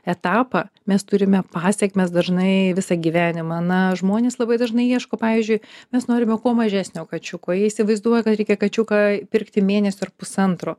etapą mes turime pasekmes dažnai visą gyvenimą na žmonės labai dažnai ieško pavyzdžiui mes norime kuo mažesnio kačiuko jie įsivaizduoja kad reikia kačiuką pirkti mėnesio ar pusantro